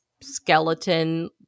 skeleton